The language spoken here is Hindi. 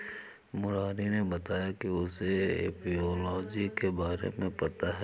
मुरारी ने बताया कि उसे एपियोलॉजी के बारे में पता है